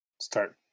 start